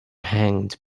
hanged